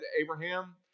Abraham